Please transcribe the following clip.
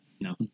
No